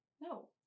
No